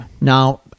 Now